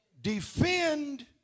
Defend